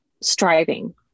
striving